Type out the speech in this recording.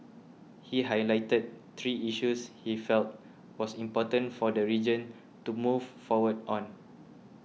he highlighted three issues he felt was important for the region to move forward on